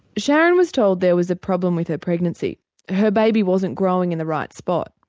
sharon was told there was a problem with her pregnancy her baby wasn't growing in the right spot.